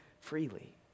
freely